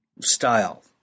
style